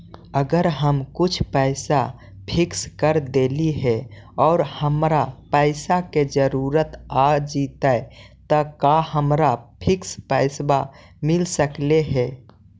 अगर हम कुछ पैसा फिक्स कर देली हे और हमरा पैसा के जरुरत आ जितै त का हमरा फिक्स पैसबा मिल सकले हे?